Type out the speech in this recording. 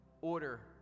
order